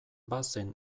bazen